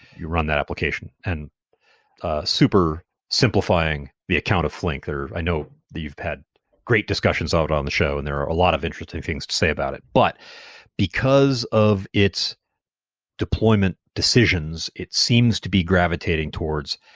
you run that application. and super simplifying, the account of flink. i know that you've had great discussions out on the show and there are a lot of interesting things to say about it. but because of its deployment decisions, it seems to be gravitating towards,